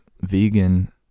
vegan